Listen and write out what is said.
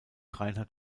reinhardt